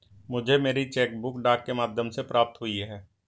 मुझे मेरी cheque book डाक के माध्यम से प्राप्त हुई है